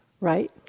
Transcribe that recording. Right